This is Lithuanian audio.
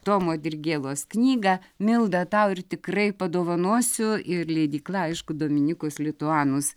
tomo dirgėlos knygą milda tau ir tikrai padovanosiu ir leidykla aišku dominicus lituanus